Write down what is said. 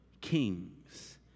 kings